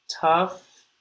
tough